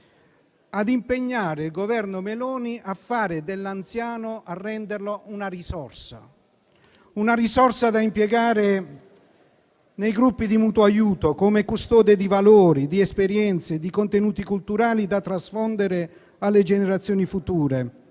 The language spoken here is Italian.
all'impegnare il Governo Meloni a rendere l'anziano una risorsa. Una risorsa da impiegare nei gruppi di mutuo aiuto, come custode di valori, di esperienze e di contenuti culturali da trasfondere alle generazioni future.